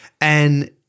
And-